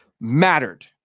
mattered